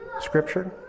scripture